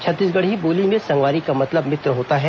छत्तीसगढ़ी बोली में संगवारी का मतलब मित्र होता है